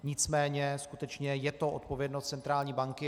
Nicméně skutečně je to odpovědnost centrální banky.